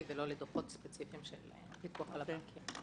ולדוחות ספציפיים של הפיקוח על הבנקים.